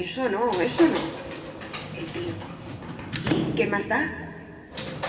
eso no eso no el tío y qué más da